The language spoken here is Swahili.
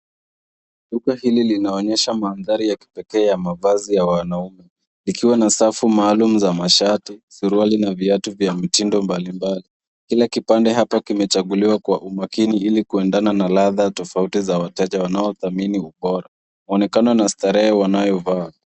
Duka hili linaonyesha mandhari ya kipekee ya mavazi ya wanaume, likiwa na safu maalum za mashati, suruali na viatu vya mitindo mbalimbali. Kila kipande hapa kimechanguliwa kwa umakini ili kuendana na ladha tofauti za wateja wanaodhamini ubora, muonekano na starehe wanayovaa.